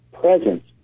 presence